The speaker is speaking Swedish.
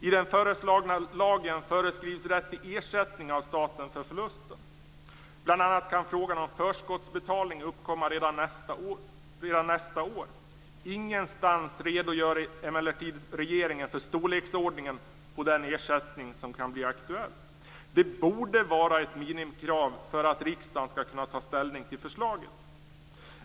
I den föreslagna lagen föreskrivs rätt till ersättning av staten för förlusten. Bl.a. kan frågan om förskottsbetalning uppkomma redan nästa år. Ingenstans redogör emellertid regeringen för storleksordningen på den ersättning som kan bli aktuell. Det borde vara ett minimikrav för att riksdagen skall kunna ta ställning till förslaget.